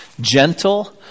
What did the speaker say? gentle